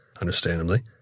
understandably